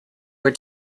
were